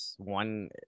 one